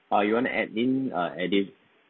uh you want to add in uh add in